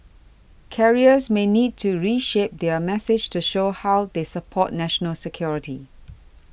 carriers may need to reshape their message to show how they support national security